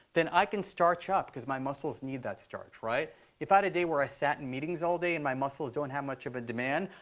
then i can starch up because my muscles need that starch. if i had a day where i sat in meetings all day, and my muscles don't have much of a demand,